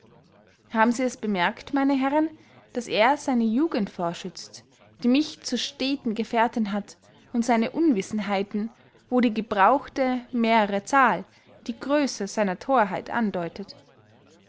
haben sie es bemerkt meine herren daß er seine jugend vorschützt die mich zur steten gefehrtinn hat und seine unwissenheiten wo die gebrauchte mehrere zahl die grösse seiner thorheit andeutet